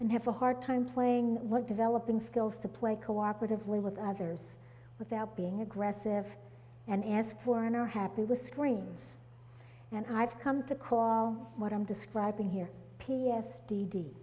and have a hard time playing what developing skills to play cooperatively with others without being aggressive and ask for and are happy with screens and i've come to call what i'm describing here p s d d